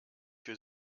für